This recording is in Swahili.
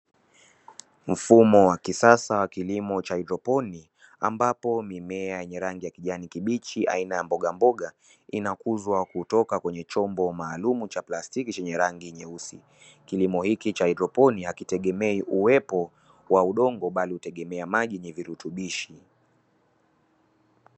Mfumo wa kisasa wa kilimo cha haidroponi, ambapo mimea yenye rangi ya kijani kibichi aina ya mbogamboga, inakuzwa kutoka kwenye chombo maalumu cha plastiki chenye rangi nyeusi. Kilimo hiki cha haidroponi hakitegemei uwepo wa udongo, bali hutegemea maji yenye virutubishi.